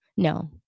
No